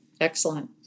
Excellent